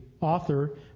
author